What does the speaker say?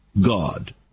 God